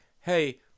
hey